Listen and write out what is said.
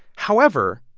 however,